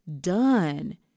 done